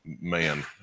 Man